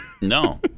No